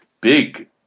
big